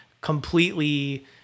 completely